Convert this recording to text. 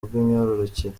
bw’imyororokere